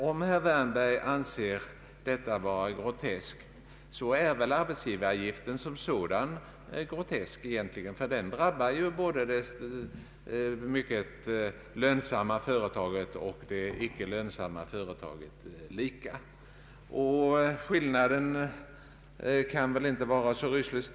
Om nu herr Wärnberg anser detta vara groteskt, måste han anse arbetsgivaravgiften som sådan var grotesk; denna drabbar ju det mycket lönsamma företaget och det icke lönsamma företaget lika.